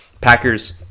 Packers